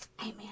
Amen